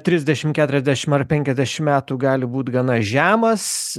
trisdešimt keturiasdešimt penkiasdešimt metų gali būt gana žemas